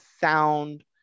sound